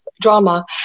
drama